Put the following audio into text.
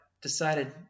decided